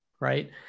right